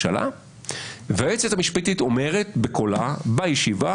ממשלה יודעת לקחת סיכונים,